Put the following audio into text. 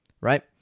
right